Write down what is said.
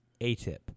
ATIP